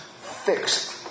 fixed